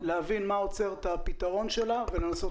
להבין מה עוצר את הפתרון שלה ותנסה